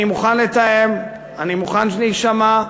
אני מוכן לתאם, אני מוכן להישמע.